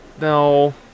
No